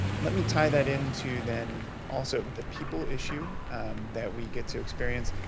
let me tie that into, then, also the people issue that we get to experience.